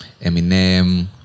Eminem